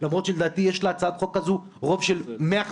למרות שלדעתי יש להצעת החוק הזו רוב של 115